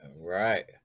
Right